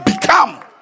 become